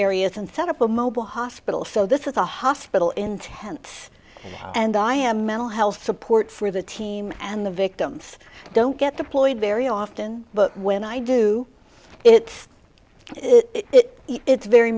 areas and set up a mobile hospital so this is a hospital in tents and i am mental health support for the team and the victims don't get the ploy very often but when i do it it it's very